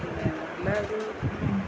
പിന്നെ നല്ലയൊരു